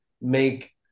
make